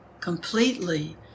completely